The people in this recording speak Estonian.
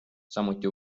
samuti